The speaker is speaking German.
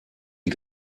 die